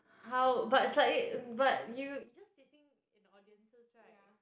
how but it's like but you you just sitting in the audiences [right]